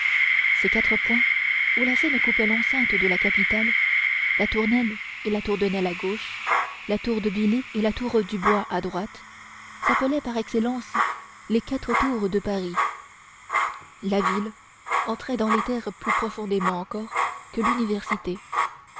ces quatre points où la seine coupait l'enceinte de la capitale la tournelle et la tour de nesle à gauche la tour de billy et la tour du bois à droite s'appelaient par excellence les quatre tours de paris la ville entrait dans les terres plus profondément encore que l'université